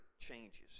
changes